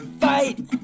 Fight